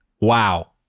Wow